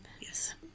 Yes